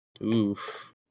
Oof